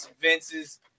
Vince's